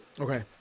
Okay